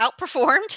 outperformed